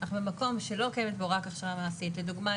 אך במקום שלא קיימת בו רק הכשרה מעשית לדוגמה,